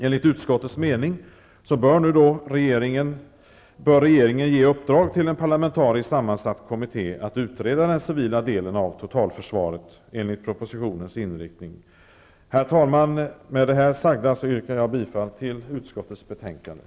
Enligt utskottets mening bör regeringen ge en parlamentariskt sammansatt kommitté i uppdrag att utreda den civila delen av totalförsvaret enligt propositionens inriktning. Herr talman! Med det sagda yrkar jag bifall till utskottets hemställan i betänkandet.